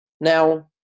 Now